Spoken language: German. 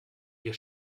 wir